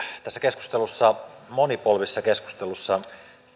tässä keskustelussa monipolvisessa keskustelussa